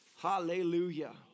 Hallelujah